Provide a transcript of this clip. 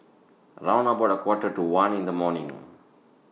round about A Quarter to one in The morning